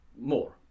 More